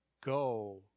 go